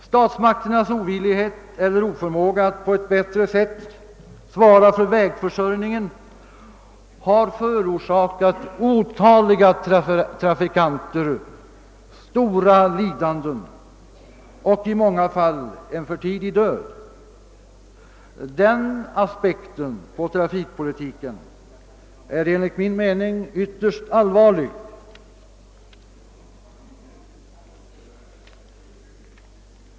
Statsmakternas ovillighet eller oförmåga att på ett bättre sätt svara för vägförsörjningen har förorsakat otaliga trafikanter stora lidanden och i många fall en för tidig död. Den aspekten på trafikpolitiken är enligt min mening ytterst allvarlig.